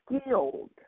skilled